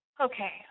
Okay